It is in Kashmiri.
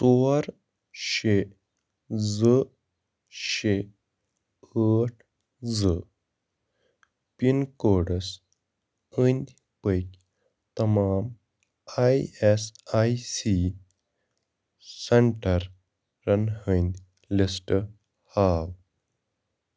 ژور شےٚ زٕ شےٚ ٲٹھ زٕ پِن کوڈس أنٛدۍ پٔکھۍ تمام آئی ایس آئی سی سینٛٹررن ہٕنٛدۍ لِسٹ ہاو